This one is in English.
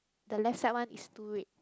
the left side one is still red